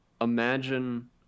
imagine